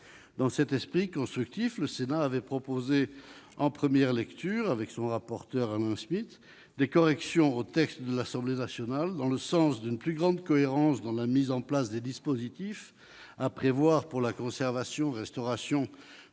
Dans cet esprit constructif, le Sénat avait proposé en première lecture, grâce au travail du rapporteur Alain Schmitz, des corrections au texte de l'Assemblée nationale, allant dans le sens d'une plus grande cohérence dans la mise en place des dispositifs à prévoir pour la conservation et la restauration